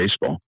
Baseball